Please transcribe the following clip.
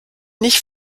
nicht